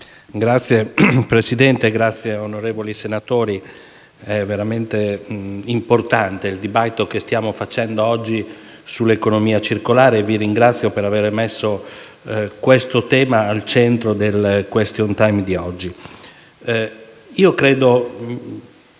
Signor Presidente, onorevoli senatori, è veramente importante il dibattito che stiamo svolgendo oggi sull'economia circolare e vi ringrazio per aver messo il tema al centro del *question time* odierno.